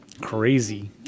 Crazy